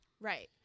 Right